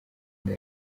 inda